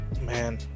man